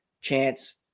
chance